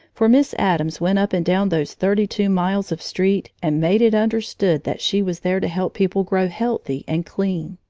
for miss addams went up and down those thirty-two miles of street and made it understood that she was there to help people grow healthy and clean.